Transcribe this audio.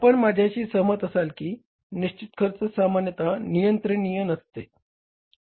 आपण माझ्याशी सहमत असाल की निश्चित खर्च सामान्यत नियंत्रणीय नसते